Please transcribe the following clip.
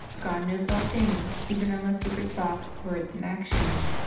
god knows all things, even our most secret thoughts, words, and actions.